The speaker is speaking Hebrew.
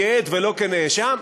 כעד ולא כנאשם,